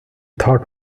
thought